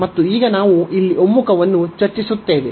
ಮತ್ತು ಈಗ ನಾವು ಇಲ್ಲಿ ಒಮ್ಮುಖವನ್ನು ಚರ್ಚಿಸುತ್ತೇವೆ